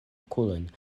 okulojn